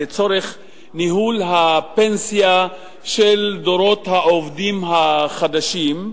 לצורך ניהול הפנסיה של דורות העובדים החדשים,